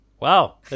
Wow